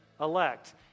elect